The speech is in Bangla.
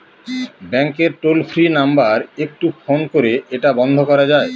ব্যাংকের টোল ফ্রি নাম্বার একটু ফোন করে এটা বন্ধ করা যায়?